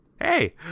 Hey